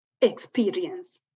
experience